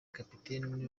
kapiteni